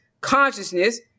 consciousness